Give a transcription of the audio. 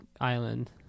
island